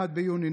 1 ביוני,